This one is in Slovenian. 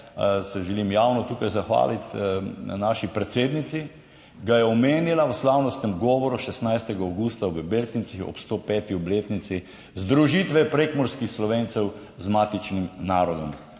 se želim javno tukaj zahvaliti naši predsednici, ga je omenila v slavnostnem govoru 16. avgusta v Beltincih ob 105. obletnici združitve prekmurskih Slovencev z matičnim narodom.